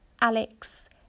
alex